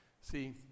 See